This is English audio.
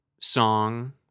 song